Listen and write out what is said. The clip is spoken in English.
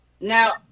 Now